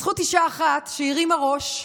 בזכות אישה אחת שהרימה ראש,